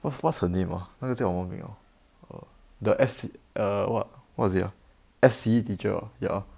what's what's her name ah 那个叫什么名 ah err the s~ err what what is it ah S_P_E teacher ah ya